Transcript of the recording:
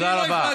תודה רבה.